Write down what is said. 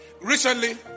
Recently